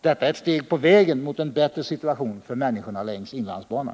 Detta är ett steg på vägen mot en bättre situation för människorna längs inlandsbanan.